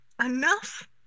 enough